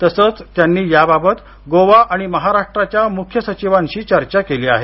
तसंच त्यांनी याबाबत गोवा आणि महाराष्ट्राच्या मुख्य सचिवांशी चर्चा केली आहे